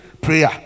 prayer